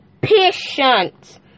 patient